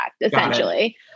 essentially